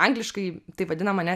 angliškai tai vadinam ane